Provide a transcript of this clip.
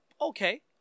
okay